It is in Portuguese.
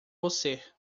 você